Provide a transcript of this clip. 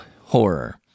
horror